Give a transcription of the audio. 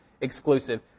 exclusive